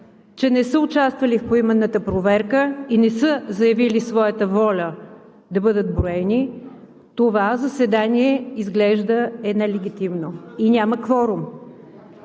че не са участвали в поименната проверка и не са заявили своята воля да бъдат броени, това заседание изглежда е нелегитимно и няма кворум.